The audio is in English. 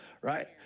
right